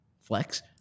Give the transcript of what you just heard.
Flex